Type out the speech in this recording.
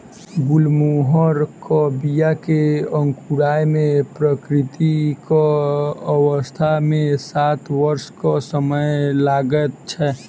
गुलमोहरक बीया के अंकुराय मे प्राकृतिक अवस्था मे सात वर्षक समय लगैत छै